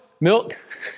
Milk